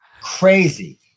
crazy